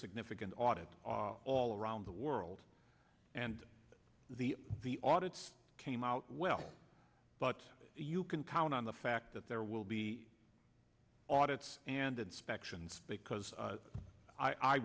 significant audit all around the world and the the audit's came out well but you can count on the fact that there will be audit and inspections because